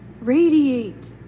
radiate